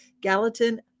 Gallatin